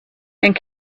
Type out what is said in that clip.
and